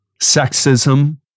sexism